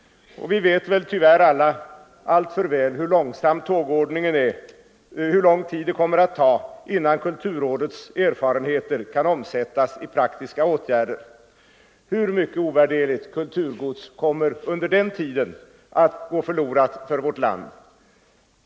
Vi vet tyvärr alltför väl hur långsam tågordningen är, hur lång tid det kommer att ta innan kulturrådets erfarenheter kan omsättas i praktiska åtgärder. Hur mycket ovärderligt kulturgods kommer under den tiden att gå förlorat för vårt land?